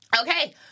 Okay